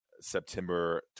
September